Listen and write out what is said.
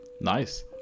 nice